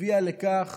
הביאה לכך